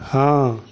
हाँ